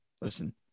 Listen